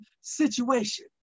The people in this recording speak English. situation